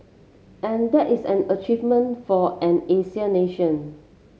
and that is an achievement for an Asian nation